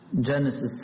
Genesis